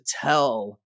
tell